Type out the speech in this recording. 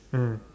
mm